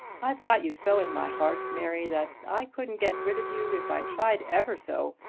i've got you so in my heart, mary, that i couldn't get rid of you if i tried ever so.